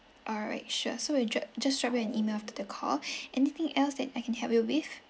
alright sure so we'll ju~ just drop you an email after the call anything else that I can help you with